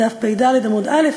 דף פ"ד עמוד א',